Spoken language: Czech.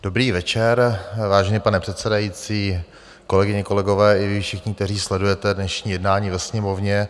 Dobrý večer, vážený pane předsedající, kolegyně, kolegové, i vy všichni, kteří sledujete dnešní jednání ve Sněmovně.